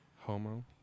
Homo